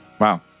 Wow